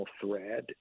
thread